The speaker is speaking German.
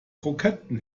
kroketten